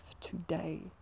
today